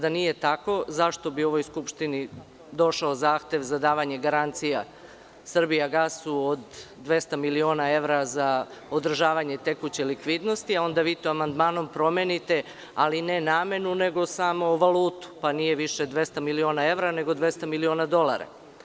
Da nije tako, zašto bi u ovoj Skupštini došao zahtev za davanje garancija „Srbijagasu“ od 200 miliona evra za održavanje tekuće likvidnosti, a onda vi to amandmanom promenite, ali ne namenu, nego samo valutu, pa nije više 200 miliona evra nego 200 miliona dolara.